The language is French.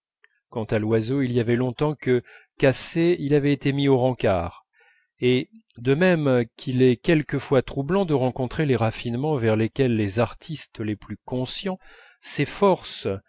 quant à l'oiseau il y avait longtemps que cassé il avait été mis au rancart et de même qu'il est quelquefois troublant de rencontrer les raffinements vers lesquels les artistes les plus conscients s'efforcent